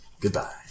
Goodbye